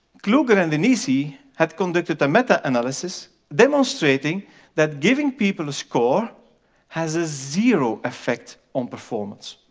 kluger and denisi had conducted a meta-analysis demonstrating that giving people a score has a zero effect on performance.